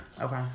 Okay